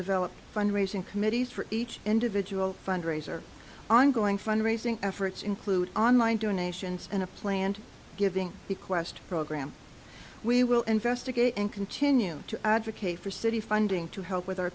developed fundraising committees for each individual fundraiser ongoing fundraising efforts include online donations and a planned giving bequest program we will investigate and continue to advocate for city funding to help with our